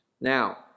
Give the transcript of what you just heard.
now